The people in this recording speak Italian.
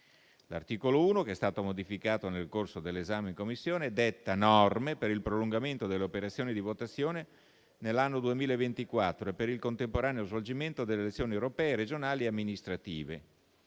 L'articolo 1, che è stato modificato nel corso dell'esame in Commissione, detta norme per il prolungamento delle operazioni di votazione nell'anno 2024 e per il contemporaneo svolgimento delle elezioni europee, regionali e amministrative.